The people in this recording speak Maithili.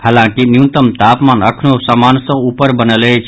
हालाकि न्यूनतम तापमान अखनो सामान्य सँ ऊपर बनल अछि